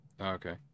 Okay